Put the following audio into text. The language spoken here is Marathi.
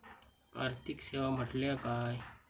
आर्थिक सेवा म्हटल्या काय?